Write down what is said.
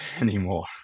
anymore